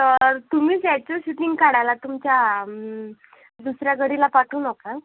तर तुम्हीच यायचं शूटिंग काढायला तुमच्या दुसऱ्या गडीला पाठवू नका